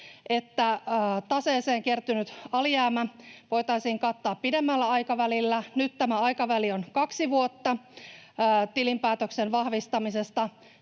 että taseeseen kertynyt alijäämä voitaisiin kattaa pidemmällä aikavälillä. Nyt tämä aikaväli on kaksi vuotta tilinpäätöksen vahvistamisesta